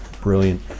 brilliant